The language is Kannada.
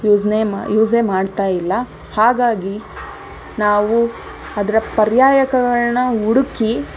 ಯೂಸ್ನೇ ಯೂಸೆ ಮಾಡ್ತಾಯಿಲ್ಲ ಹಾಗಾಗಿ ನಾವು ಅದರ ಪರ್ಯಾಯಗಳನ್ನ ಹುಡುಕಿ